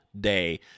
day